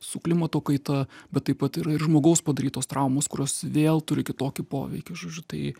su klimato kaita bet taip pat yra ir žmogaus padarytos traumos kurios vėl turi kitokį poveikį žodžiu tai